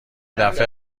دفعه